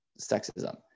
sexism